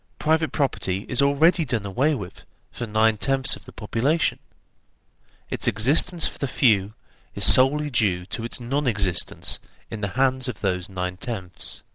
private property is already done away with for nine-tenths of the population its existence for the few is solely due to its non-existence in the hands of those nine-tenths.